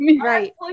Right